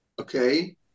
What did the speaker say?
okay